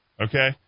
okay